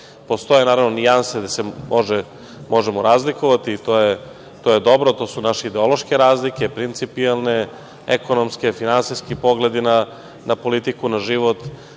vlasti. Postoje nijanse gde se možemo razlikovati. To je dobro. To su naše ideološke razlike, principijelne, ekonomske, finansijski pogledi na politiku, na život,